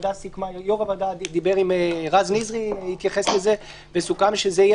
יו"ר הוועדה דיבר עם רז ניזרי וסוכם שזה יהיה